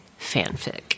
fanfic